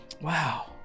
Wow